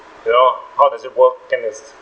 you know how does it work then is